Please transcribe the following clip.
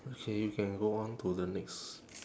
okay you can go on to the next